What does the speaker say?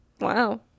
Wow